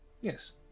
Yes